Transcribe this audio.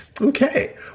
okay